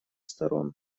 сторон